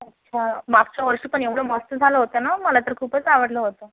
हां मागच्या वर्षी पण एवढं मस्त झालं होतं नं मला तर खूपच आवडलं होतं